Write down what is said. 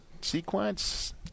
sequence